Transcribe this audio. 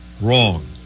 wrong